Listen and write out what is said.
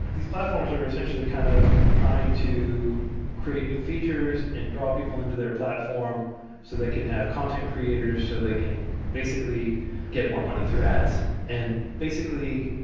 these platforms are essentially kind of trying to create new features and draw people into their platform so they can have content creators so they can basically get more money through ads. and basically,